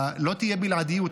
לא תהיה בלעדיות.